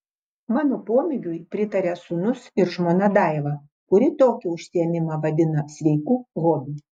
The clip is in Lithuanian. mano pomėgiui pritaria sūnus ir žmona daiva kuri tokį užsiėmimą vadina sveiku hobiu